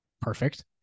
perfect